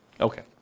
Okay